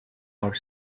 our